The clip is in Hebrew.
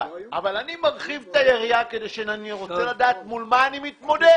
אבל אני מרחיב את היריעה כי אני רוצה לדעת מול מה אני מתמודד.